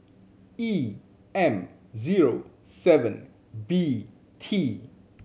E M zero seven B T